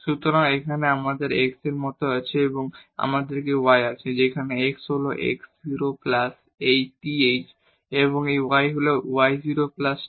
সুতরাং এখানে আমাদের x এর মত আছে এবং এখানে আমাদের y আছে যেখানে x হল x 0 প্লাস এই th এবং এই y হল y 0 প্লাস tk